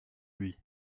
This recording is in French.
lui